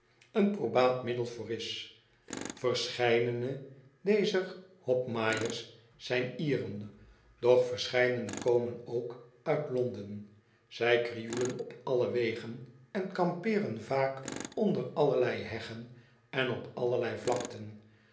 een probaat middel voor is verscheidene dezer hopmaaiers zijn ieren doch verscheidene komen ook uit londen zij krioelen op alle wegen en kampeeren onder allerlei heggen en op allerlei vlakten